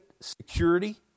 security